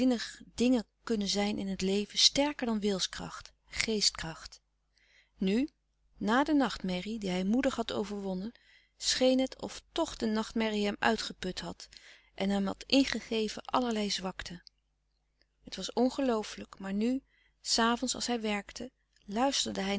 dingen kunnen zijn in het leven sterker dan wilskracht geestkracht nu na louis couperus de stille kracht de nachtmerrie die hij moedig had overwonnen scheen het of tch de nachtmerrie hem uitgeput had en hem had ingegeven allerlei zwakte het was ongelooflijk maar nu s avonds als hij werkte luisterde hij